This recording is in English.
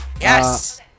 Yes